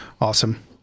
Awesome